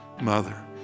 mother